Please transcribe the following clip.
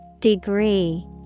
Degree